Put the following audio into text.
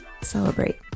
celebrate